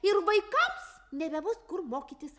ir vaikams nebebus kur mokytis